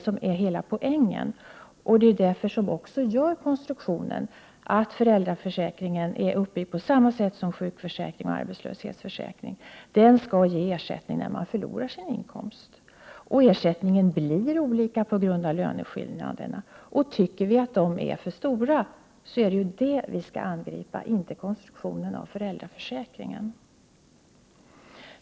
Det är poängen med föräldraförsäkringen. Det är också just därför som föräldraförsäkringen är uppbyggd på samma sätt som sjukförsäkringen och arbetslöshetsförsäkringen. Genom föräldraförsäkringen skall man alltså få ersättning när man förlorar sin inkomst. Ersättningen varierar på grund av löneskillnader. Om löneskillnaderna är för stora, är det dessa som vi skall angripa, inte konstruktionen av föräldraförsäkringen.